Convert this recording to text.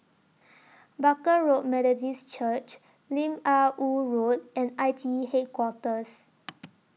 Barker Road Methodist Church Lim Ah Woo Road and I T E Headquarters